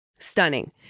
Stunning